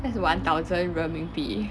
that's one thousand 人民币